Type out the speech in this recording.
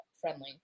friendly